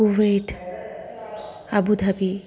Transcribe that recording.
Kuwait Abu Dhabi